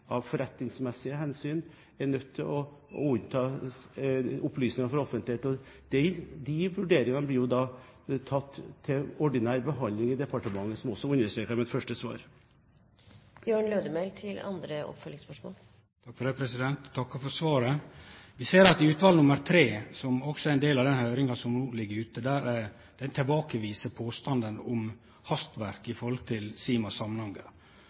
av beredskapsmessige hensyn, av forretningsmessige hensyn, er nødt til å unnta opplysninger fra offentligheten. De vurderingene blir da gitt ordinær behandling i departementet, noe som jeg understreket i mitt første svar. Eg takkar for svaret. Vi ser at i utval nr. 3 – som også er ein del av den høyringa som no har vore – tilbakeviser ein påstanden om hastverk i forhold til